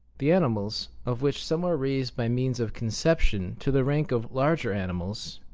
the animals, of which some are raised by means of conception to the rank of larger animals,